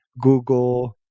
google